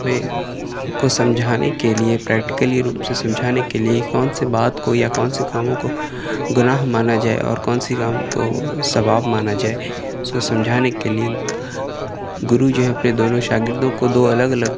میں کو سمجھانے کے لیے پریکٹیکلی روپ سے سمجھانے کے لیے کونسے بات کو یا کونسے کاموں کو گناہ مانا جائے اور کونسی کاموں کو ثواب مانا جائے اس کو سمجھانے کے لیے گرو جو ہے اپنے دونوں شاگردوں کو دو الگ الگ